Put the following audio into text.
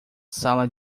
sala